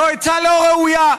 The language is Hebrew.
זו עצה לא ראויה.